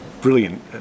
brilliant